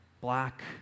Black